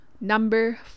Number